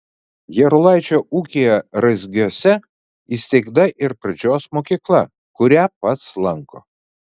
jarulaičio ūkyje raizgiuose įsteigta ir pradžios mokykla kurią pats lanko